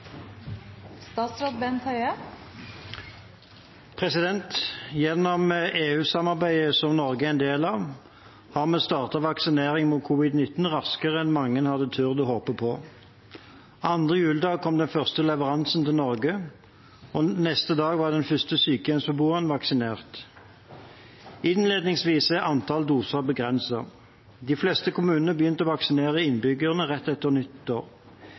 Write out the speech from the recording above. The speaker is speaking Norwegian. vaksinering mot covid-19 raskere enn mange hadde turt å håpe på. Andre juledag kom den første leveransen til Norge, og neste dag var den første sykehjemsbeboeren vaksinert. Innledningsvis er antall doser begrenset. De fleste kommunene begynte å vaksinere innbyggerne rett etter